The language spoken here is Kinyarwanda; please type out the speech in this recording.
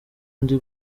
ndi